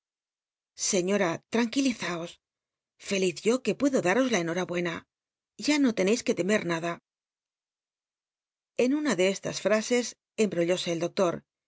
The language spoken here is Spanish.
taanquilizaos fel iz yo que puedo daros la rnhombuena ya no teueis que t cmer nada en una de estas frases emb'llóse el doctor